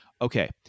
Okay